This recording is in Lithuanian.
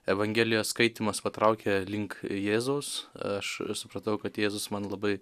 evangelijos skaitymas patraukė link jėzaus aš supratau kad jėzus man labai